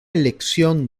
elección